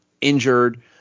injured